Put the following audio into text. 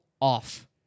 off